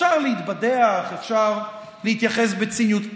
אפשר להתבדח, אפשר להתייחס בציניות.